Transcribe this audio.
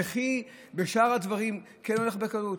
וכי בשאר הדברים כן הולך בקלות?